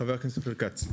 הכנסת אופיר כץ, בבקשה.